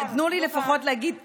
תנו לי לפחות להגיד תודה.